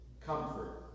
comfort